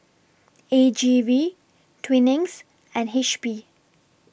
A G V Twinings and H P